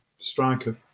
striker